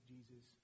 Jesus